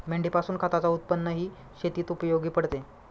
मेंढीपासून खताच उत्पन्नही शेतीत उपयोगी पडते